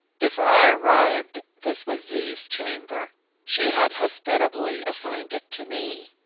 before i arrived this was zee's chamber she had hospitably assigned it to me.